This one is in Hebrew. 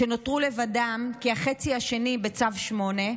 שנותרו לבדן כי החצי השני בצו 8,